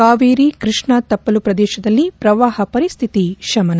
ಕಾವೇರಿ ಕೃಷ್ಣಾ ತಪ್ಪಲು ಪ್ರದೇಶದಲ್ಲಿ ಪ್ರವಾಹ ಪರಿಸ್ಥಿತಿ ಶಮನ